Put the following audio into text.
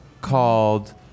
called